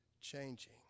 changing